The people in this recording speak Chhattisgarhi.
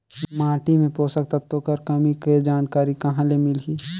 माटी मे पोषक तत्व कर कमी के जानकारी कहां ले मिलही?